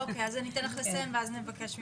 אז אני אבקש ממך להמשיך ואז נבקש ממשה.